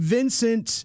Vincent